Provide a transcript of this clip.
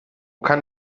kann